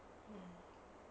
hmm